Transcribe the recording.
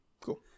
Cool